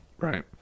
Right